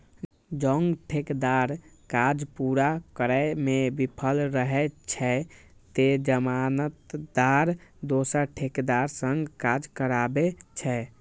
जौं ठेकेदार काज पूरा करै मे विफल रहै छै, ते जमानतदार दोसर ठेकेदार सं काज कराबै छै